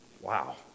Wow